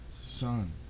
Son